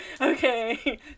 Okay